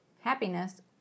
happiness